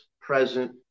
present